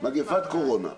מגפת קורונה שקיימת.